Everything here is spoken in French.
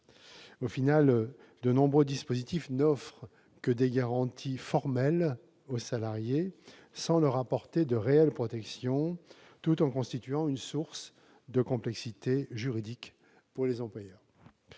Au final, de nombreux dispositifs n'offrent que des garanties formelles aux salariés, et non de réelles protections, tout en constituant une source de complexité juridique pour les employeurs.